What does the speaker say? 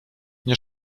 nie